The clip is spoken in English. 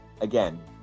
Again